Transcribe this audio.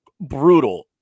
brutal